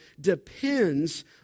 depends